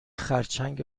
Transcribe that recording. خرچنگ